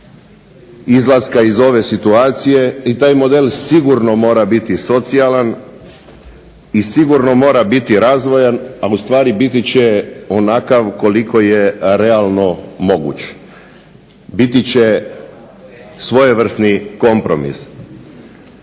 izlaska iz ove situacije i taj model sigurno mora biti socijalan i sigurno mora biti razvojan, a ustvari biti će onakav koliko je realno moguć, biti će svojevrsni kompromis.